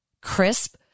crisp